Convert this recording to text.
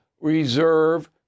reserve